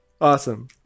Awesome